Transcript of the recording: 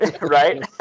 Right